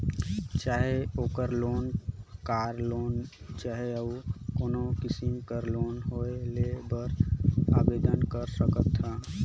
चाहे ओघर loan, car loan चहे अउ कोनो किसिम कर लोन होए लेय बर आबेदन कर सकत ह